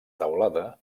teulada